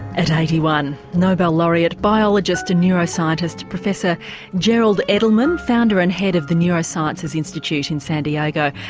at eighty one nobel laureate, biologist and neuroscientist professor gerald edelman, founder and head of the neurosciences institute in san diego,